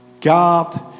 God